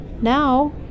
now